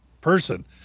person